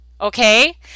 okay